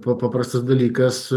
pa paprastas dalykas